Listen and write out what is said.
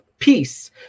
Peace